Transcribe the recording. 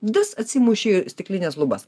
vis atsimuši į stiklines lubas